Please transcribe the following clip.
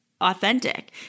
authentic